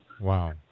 Wow